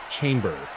Chamber